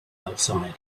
outside